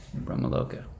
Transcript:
brahmaloka